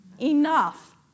Enough